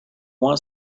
want